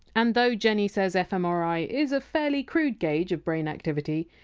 and though jenni says fmri is a fairly crude gauge of brain activity,